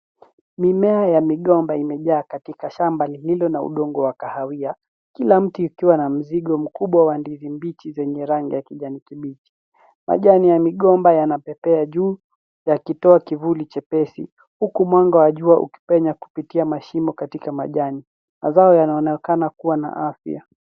Mimea ya migomba imejaa katika shamba lililo na udongo wa kahawia, kila mti ukiwa na mzigo mkubwa wa ndizi mbichi zenye rangi ya kijani kibichi. Majani ya migomba yanapepea juu yakitoa kivuli chepesi, huku mwanga wa jua ukipenya kupitia mashimo katika majani. Mazao yanaonekana kuwa na afya.